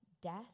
death